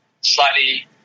slightly